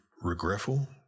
regretful